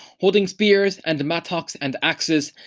holding spears and mattocks and axes,